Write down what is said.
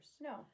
No